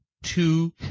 two